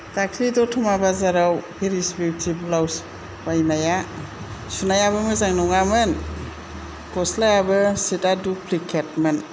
दाख्लै दथमा बाजाराव फेरिस बिउति ब्लाउस बायनाया सुनायाबो मोजां नङामोन गस्लयाबो सिता दुप्लिकेतमोन